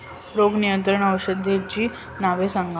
रोग नियंत्रण औषधांची नावे सांगा?